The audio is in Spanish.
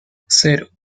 cero